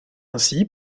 ainsi